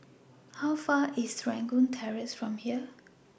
How Far away IS Serangoon Terrace from here